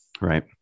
Right